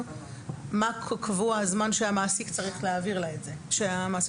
מה קבוע הזמן בו המעסיק צריך להעביר לה את האישור?